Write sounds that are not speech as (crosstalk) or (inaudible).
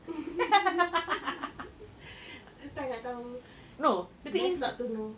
(laughs) tak nak tahu (breath) best not to know